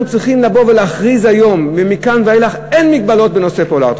אנחנו צריכים לבוא ולהכריז היום: מכאן ואילך אין מגבלות בנושא פולארד.